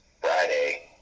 Friday